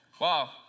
Wow